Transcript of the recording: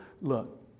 look